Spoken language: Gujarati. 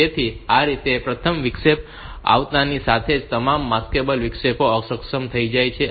તેથી આ રીતે પ્રથમ વિક્ષેપ આવતાની સાથે જ તમામ માસ્કેબલ વિક્ષેપો અક્ષમ થઈ જાય છે